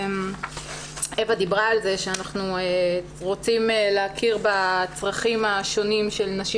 אווה דיברה על זה שאנחנו רוצים להכיר בצרכים השונים של נשים